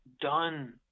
done